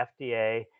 fda